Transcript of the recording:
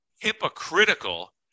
hypocritical